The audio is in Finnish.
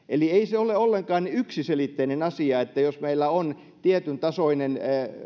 eli ei se ole ollenkaan yksiselitteinen asia että jos meillä on tietyntasoinen